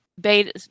beta